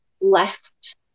left